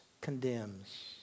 condemns